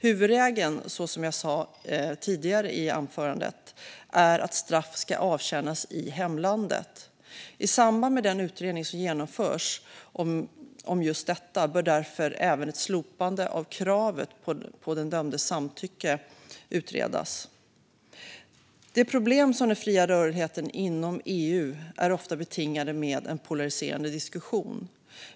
Huvudregeln, så som jag sa tidigare i mitt anförande, är att straff ska avtjänas i hemlandet. I samband med den utredning som genomförs om just detta bör därför även ett slopande av kravet på den dömdes samtycke utredas. De problem som den fria rörligheten inom EU har medfört är ofta betingade med en polariserad diskussion.